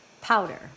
Powder